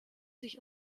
sich